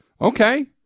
okay